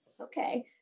Okay